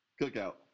Cookout